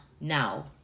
now